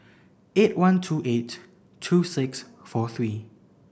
eight one two eight two six four three